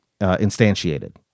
instantiated